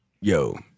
yo